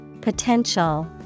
Potential